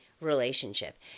relationship